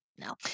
No